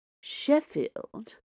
Sheffield